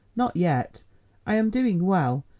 not yet i am doing well,